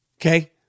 Okay